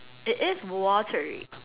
it is watery